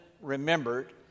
remembered